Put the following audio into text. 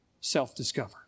self-discover